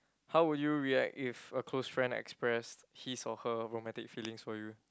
how would you react if a close friend express his or her romantic feelings for you